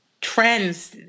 trends